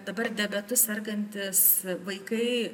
dabar diabetu sergantys vaikai